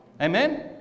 Amen